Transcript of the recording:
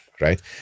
right